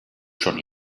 schon